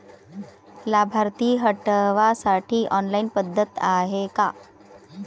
लाभार्थी हटवासाठी ऑनलाईन पद्धत हाय का?